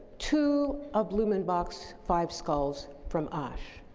two of blumenbach's five skulls from asch.